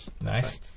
nice